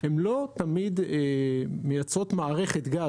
הן לא תמיד מייצרות מערכת גז,